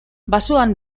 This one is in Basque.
basoan